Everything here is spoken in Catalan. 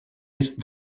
est